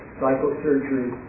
psychosurgery